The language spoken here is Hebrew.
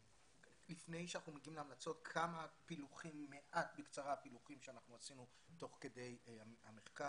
לפני שאנחנו מגיעים להמלצות כמה פילוחים שאנחנו עשינו תוך כדי המחקר.